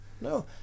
no